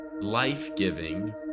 life-giving